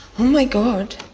my god!